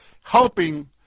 helping